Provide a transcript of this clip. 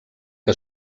que